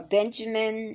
Benjamin